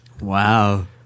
Wow